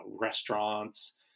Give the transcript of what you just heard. restaurants